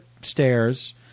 stairs